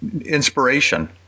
inspiration